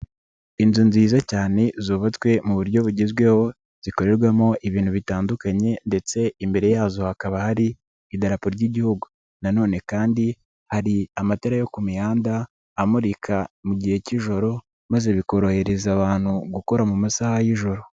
Inzu nziza cyane zubatswe mu buryo bugezweho, zikorerwamo ibintu bitandukanye ndetse imbere yazo hakaba hari idarapo ry'igihugu na none kandi hari amatara yo ku mihanda, amurika mu gihe cy'ijoro maze bikorohereza abantu gukora mu masaha y'ijoro.